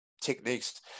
techniques